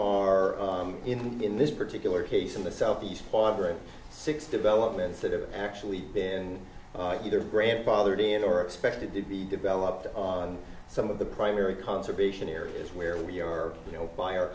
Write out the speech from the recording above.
the in this particular case in the southeast quadrant six developments that have actually been either grandfathered in or expected to be developed on some of the primary conservation areas where we are you know by our